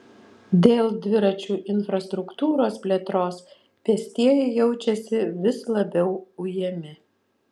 dėl dviračių infrastruktūros plėtros pėstieji jaučiasi vis labiau ujami